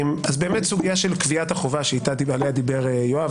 באמת סוגייה של קביעת החובה שעליה דיבר יואב,